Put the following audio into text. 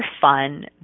fun